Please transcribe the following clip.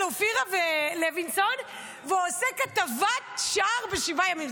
אופירה ולוינסון ועושה כתבת שער ב-7 ימים.